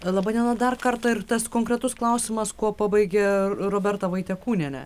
laba diena dar kartą ir tas konkretus klausimas kuo pabaigia roberta vaitekūnienė